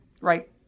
Right